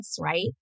right